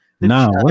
No